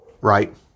right